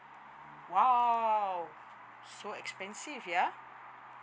!wow! so expensive ya